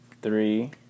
three